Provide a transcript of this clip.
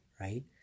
right